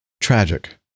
Tragic